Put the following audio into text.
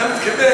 אתה מתכוון